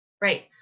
Right